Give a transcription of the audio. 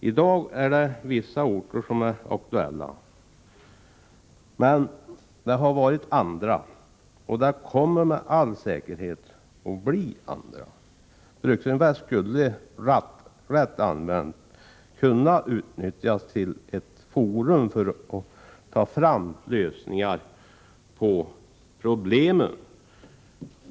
I dag är det vissa orter som är aktuella, men det har varit andra och det kommer med all sannolikhet att bli ytterligare orter. Bruksinvest skulle, rätt använt, kunna utnyttjas till ett forum för att ta fram lösningar på problemen.